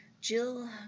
Jill